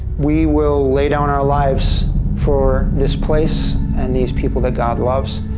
we will lay down our lives for this place and these people that god loves.